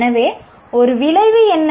எனவே ஒரு விளைவு என்ன